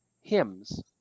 hymns